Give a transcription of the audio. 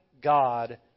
God